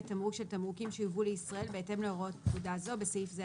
תמרוק של תמרוקים שיובאו לישראל בהתאם להוראות פקודה זו (בסעיף זה,